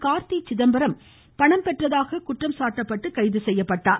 கார்த்தி சிதம்பரம் பணம் பெற்றதாக குற்றம் சாட்டப்பட்டு கைதுசெய்யப்பட்டார்